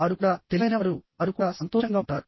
వారు కూడా తెలివైనవారు వారు కూడా సంతోషంగా ఉంటారు